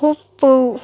ಉಪ್ಪು